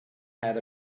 had